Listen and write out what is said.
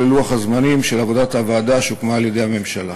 לוח הזמנים של עבודת הוועדה שהוקמה על-ידי הממשלה.